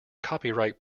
copyright